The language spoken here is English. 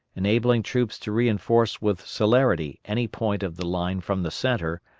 enabling troops to reinforce with celerity any point of the line from the centre,